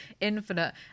Infinite